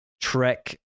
Trek